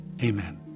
Amen